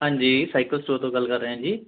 ਹਾਂਜੀ cycle store ਤੋਂ ਗੱਲ ਕਰ ਰਿਹਾ ਜੀ